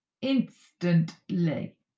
instantly